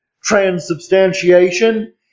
transubstantiation